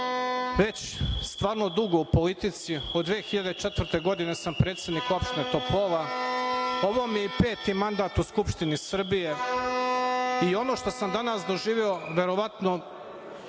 prema vama. Dugo sam u politici. Od 2004. godine sam predsednik opštine Topola. Ovo mi je peti mandat u Skupštini Srbije i ono što sam danas doživeo voleo